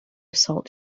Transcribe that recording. assault